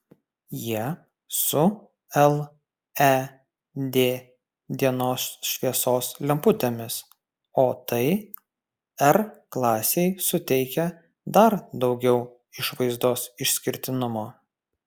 jie su led dienos šviesos lemputėmis o tai r klasei suteikia dar daugiau išvaizdos išskirtinumo